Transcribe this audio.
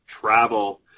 travel